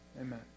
Amen